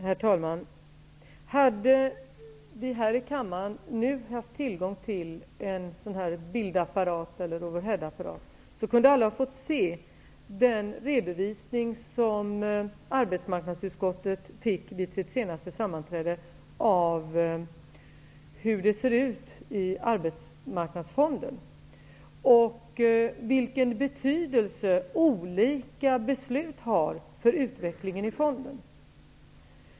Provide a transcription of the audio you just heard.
Herr talman! Hade vi här i kammaren haft tillgång till en overheadapparat, kunde alla ha fått se den redovisning som arbetsmarknadsutskottet fick vid sitt senaste sammanträde av hur det ser ut i Arbetsmarknadsfonden och vilken betydelse olika beslut har för utvecklingen av fonden.